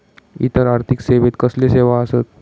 इतर आर्थिक सेवेत कसले सेवा आसत?